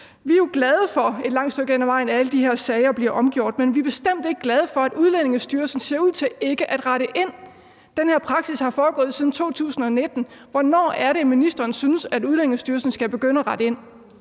ad vejen glade for, at alle de her sager bliver omgjort, men vi er bestemt ikke glade for, at Udlændingestyrelsen ser ud til ikke at rette ind. Den her praksis har fundet sted siden 2019. Hvornår er det, ministeren synes at Udlændingestyrelsen skal begynde at rette ind?